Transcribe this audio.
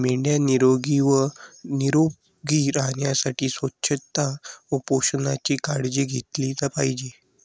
मेंढ्या निरोगी व निरोगी राहण्यासाठी स्वच्छता व पोषणाची काळजी घेतली पाहिजे